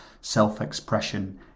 self-expression